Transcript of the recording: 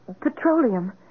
petroleum